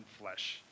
flesh